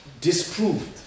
disproved